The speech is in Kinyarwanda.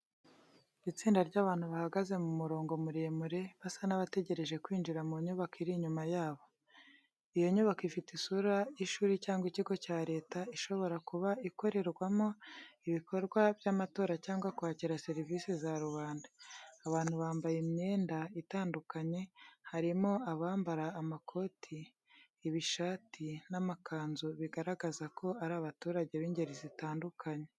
Itsinda ry’abantu bahagaze mu murongo muremure, basa n’abategereje kwinjira mu nyubako iri inyuma yabo. Iyo nyubako ifite isura y’ishuri cyangwa ikigo cya Leta, ishobora kuba ikorerwamo ibikorwa by’amatora cyangwa kwakira serivisi za rubanda. Abantu bambaye imyenda itandukanye, harimo abambara amakoti, ibishati, n’amakanzu, bigaragaza ko ari abaturage b’ingeri zitandukanye.